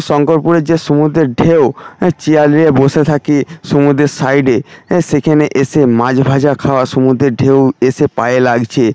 শঙ্করপুরের যে সুমুদ্রের ঢেউ চেয়ার নিয়ে বসে থাকি সুমুদ্রের সাইডে সেখেনে এসে মাছ ভাজা খাওয়া সুমুদ্রের ঢেউ এসে পায়ে লাগছে